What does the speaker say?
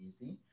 easy